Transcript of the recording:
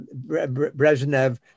Brezhnev